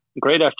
great